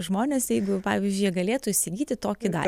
žmonės jeigu pavyzdžiui jie galėtų įsigyti tokį dai